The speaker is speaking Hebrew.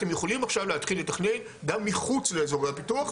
אתם יכולים עכשיו להתחיל לתכנן גם מחוץ לאזורי הפיתוח,